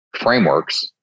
frameworks